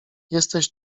jesteś